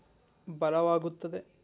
ಬಲವಾಗುತ್ತದೆ